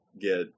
get